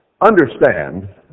understand